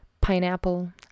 pineapple